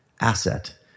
asset